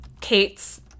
Kate's